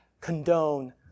condone